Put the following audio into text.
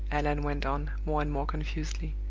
allan went on, more and more confusedly.